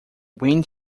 wind